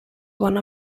one